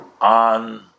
on